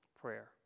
prayer